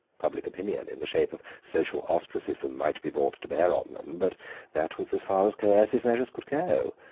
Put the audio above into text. public opinion in the shape of social ostracism might be brought to bear on them, but that was as far as coercive measures could go.